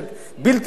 זה בלתי אפשרי.